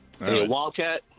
Wildcat